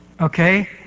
Okay